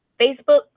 Facebook